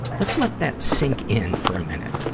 let's let that sink in for a minute.